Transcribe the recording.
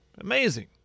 Amazing